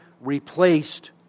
replaced